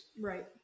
Right